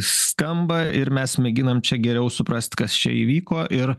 skamba ir mes mėginam čia geriau suprast kas čia įvyko ir